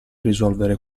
risolvere